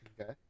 Okay